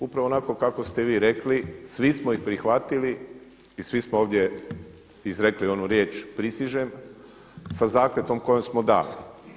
Upravo onako kako ste vi rekli svi smo ih prihvatili i svi smo ovdje izrekli onu riječ „Prisežem“ sa zakletvom koju smo dali.